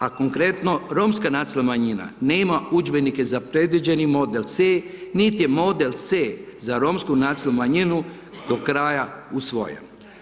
A, konkretno romska nacionalna manjima nema udžbenike za predviđeni model C niti je model C za romsku nacionalnu manjinu do kraja usvojen.